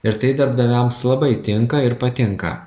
ir tai darbdaviams labai tinka ir patinka